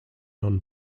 non